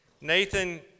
Nathan